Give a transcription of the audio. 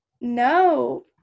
No